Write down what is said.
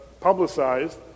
publicized